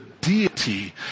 deity